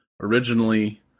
originally